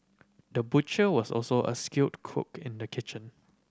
the butcher was also a skilled cook in the kitchen